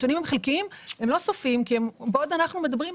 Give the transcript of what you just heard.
הנתונים הם חלקיים והם לא סופיים כי בעוד אנחנו מדברים,